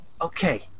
Okay